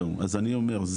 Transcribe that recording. אז אני אומר,